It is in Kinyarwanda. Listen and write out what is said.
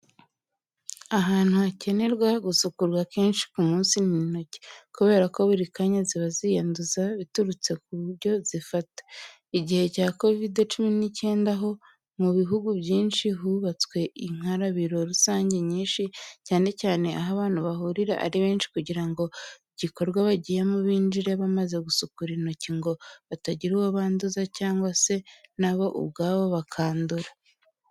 Ahantu hakenerwa gusukurwa kenshi ku munsi ni intoki, kubera ko buri kanya ziba ziyanduza biturutse ku byo zifata. Igihe cya COVID 19 ho, mu bihugu byinshi hubatswe inkarabiro rusange nyinshi, cyane cyane aho abantu bahurira ari benshi kugira ngo igikorwa bagiyemo binjire bamaze gusukura intoki ngo batagira uwo banduza cyangwa se na bo ubwabo bakandura.